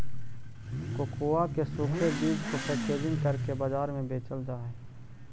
cocoa के सूखे बीज को पैकेजिंग करके बाजार में बेचल जा हई